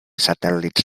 satèl·lits